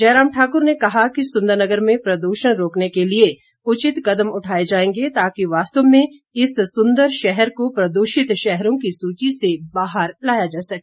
जयराम ठाकुर ने कहा कि सुंदरनगर में प्रद्षण रोकने के लिए उचित कदम उठाए जाएंगे ताकि वास्तव में इस सुंदर शहर को प्रदूषित शहरों की सूची से बाहर लाया जा सके